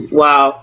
wow